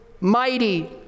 mighty